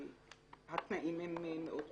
התנאים הם מאוד קשים.